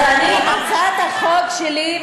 הצעת החוק שלי,